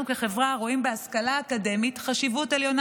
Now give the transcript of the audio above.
כחברה רואים בהשכלה האקדמית חשיבות עליונה.